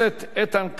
של חבר הכנסת איתן כבל,